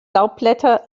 laubblätter